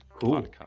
cool